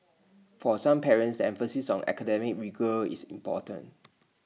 for some parents the emphasis on academic rigour is important